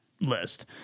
list